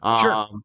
Sure